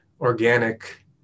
organic